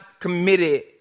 Committed